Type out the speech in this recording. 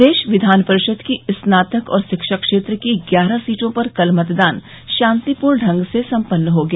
प्रदेश विधान परिषद की स्नातक और शिक्षक क्षेत्र की ग्यारह सीटों पर कल मतदान शांतिपूर्ण ढंग से सम्पन्न हो गया